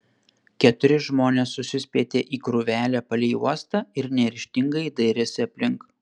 keturi žmonės susispietė į krūvelę palei uostą ir neryžtingai dairėsi aplink